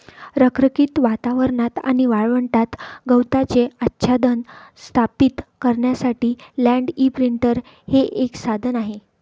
रखरखीत वातावरणात आणि वाळवंटात गवताचे आच्छादन स्थापित करण्यासाठी लँड इंप्रिंटर हे एक साधन आहे